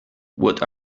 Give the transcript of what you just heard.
what